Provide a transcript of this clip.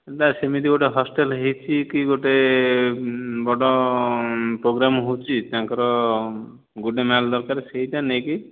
ସେମିତି ଗୋଟିଏ ହଷ୍ଟେଲ ହୋଇଛି କି ଗୋଟିଏ ବଡ଼ ପ୍ରୋଗ୍ରାମ୍ ହେଉଛି ତାଙ୍କର ଗୁଡ଼େ ମାଲ ଦରକାର ସେହିଟା ନେଇକି